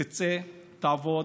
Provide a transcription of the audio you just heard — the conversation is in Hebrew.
תצא, תעבוד